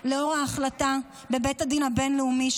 לנוכח ההחלטה בבית הדין הבין-לאומי,